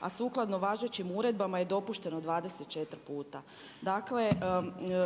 a sukladno važećim uredbama je dopušteno 24 puta. Dakle,